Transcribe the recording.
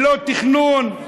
ללא תכנון,